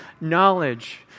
knowledge